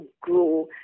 grow